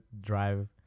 drive